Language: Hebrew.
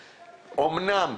אמנם,